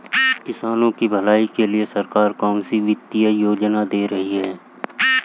किसानों की भलाई के लिए सरकार कौनसी वित्तीय योजना दे रही है?